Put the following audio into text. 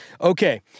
Okay